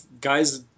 guys